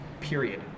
period